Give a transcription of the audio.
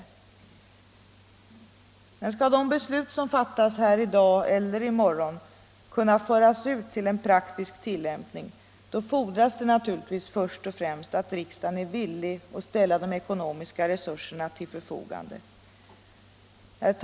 Skall de beslut — Arbetsmarknadsutsom fattas här i dag eller i morgon kunna föras ut till praktisk tillämpning = bildningen fordras naturligtvis först och främst att riksdagen är villig att ställa de ekonomiska resurserna till förfogande.